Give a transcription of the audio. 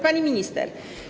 Pani Minister!